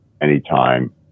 anytime